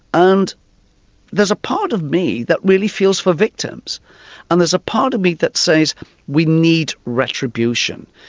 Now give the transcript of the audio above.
and there's a part of me that really feels for victims and there's a part of me that says we need retribution.